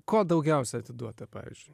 ko daugiausia atiduota pavyzdžiui